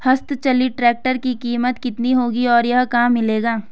हस्त चलित ट्रैक्टर की कीमत कितनी होगी और यह कहाँ मिलेगा?